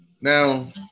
Now